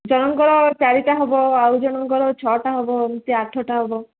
ଜଣଙ୍କର ଚାରିଟା ହେବ ଆଉ ଜଣଙ୍କର ଛଅଟା ହେବ ଏମିତି ଆଠଟା ହେବ